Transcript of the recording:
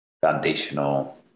foundational